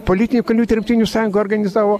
politinių kalinių tremtinių sąjunga organizavo